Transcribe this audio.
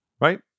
right